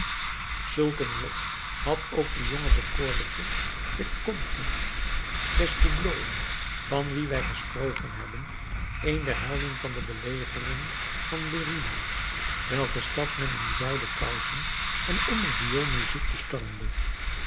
een lot had ook de jonge bekoorlijke vicomte d'escoubleau van wien wij gesproken hebben een der helden van de belegering van lerida welke stad men in zijden kousen en onder vioolmuziek bestormde